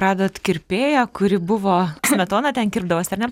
radot kirpėją kuri buvo smetona ten kirpdavosi ar ne